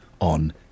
On